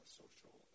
social